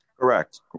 correct